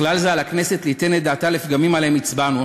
בכלל זה על הכנסת ליתן דעתה לפגמים עליהם הצבענו,